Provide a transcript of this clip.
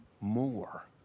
more